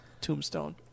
Tombstone